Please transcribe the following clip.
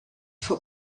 for